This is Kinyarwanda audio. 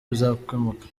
bizakemuka